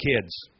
kids